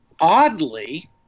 oddly